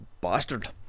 bastard